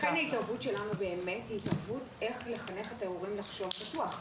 לכן ההתערבות שלנו היא איך לחנך את ההורים לחשוב בטוח.